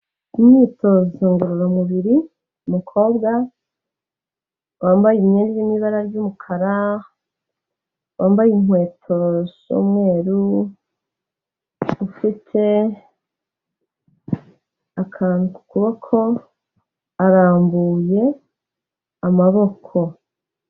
Imyitozo ngororamubiri, umukobwa wambaye imyenda irimo ibara ry'umukara, wambaye inkweto z'umweru ufite akantu ku kuboko, arambuye amaboko.